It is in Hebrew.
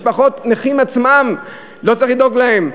משפחות, נכים עצמם, לא צריך לדאוג להם?